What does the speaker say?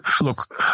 look